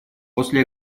после